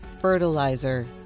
fertilizer